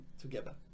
together